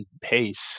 pace